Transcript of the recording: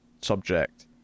subject